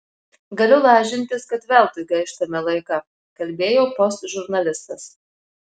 galiu lažintis kad veltui gaištame laiką kalbėjo post žurnalistas